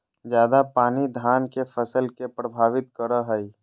ज्यादा पानी धान के फसल के परभावित करो है?